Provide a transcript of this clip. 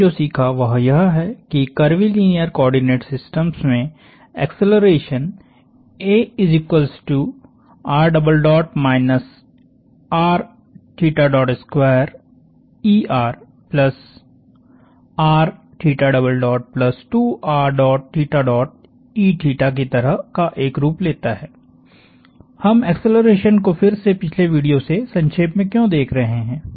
हमने जो सीखा वह यह है कि कर्वीलीनियर कोआर्डिनेट सिस्टम्स में एक्सेलरेशनकी तरह का एक रूप लेता है हम एक्सेलरेशन को फिर से पिछले वीडियो से संक्षेप में क्यों देख रहे हैं